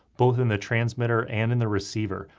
both in the transmitter and in the receiver.